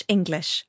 English